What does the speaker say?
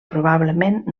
probablement